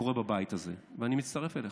שקורה בבית הזה, ואני מצטרף אליך: